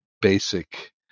basic